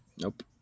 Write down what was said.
nope